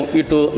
itu